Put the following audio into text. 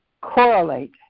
correlate